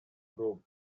group